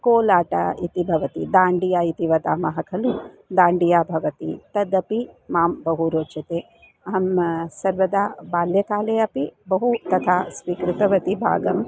कोलाटा इति भवति दाण्डिया इति वदामः खलु दाण्डिया भवति तदपि मां बहु रोचते अहं सर्वदा बाल्यकाले अपि बहु तथा स्वीकृतवती भागम्